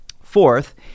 Fourth